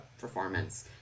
performance